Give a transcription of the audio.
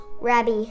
rabbi